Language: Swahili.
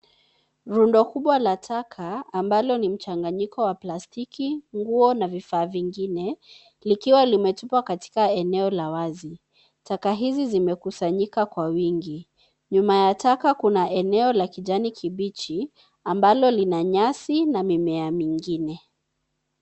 Rundo kubwa la taka ambalo ni mchanganyiko wa plastiki, nguo na vifaa vingine likiwa limetupwa katika eneo la wazi. Taka hizi zimekusanyika kwa wingi. Nyuma ya taka kuna eneo la kijani kibichi ambalo lina nyasi na mimea mingine.